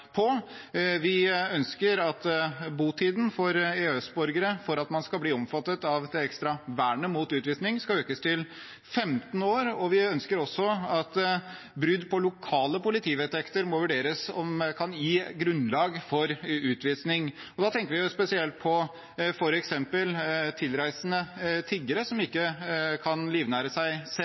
Vi ønsker at botiden for EØS-borgere for at man skal bli omfattet av det ekstra vernet mot utvisning, skal økes til 15 år. Vi ønsker også at brudd på lokale politivedtekter må vurderes som grunnlag for utvisning. Da tenker vi spesielt på f.eks. tilreisende tiggere som ikke kan livnære seg